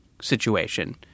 situation